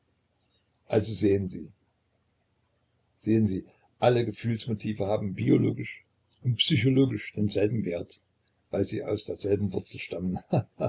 also sehen sie sehen sie alle gefühlsmotive haben biologisch und psychologisch denselben wert weil sie aus derselben wurzel stammen